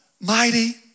mighty